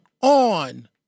on